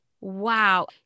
Wow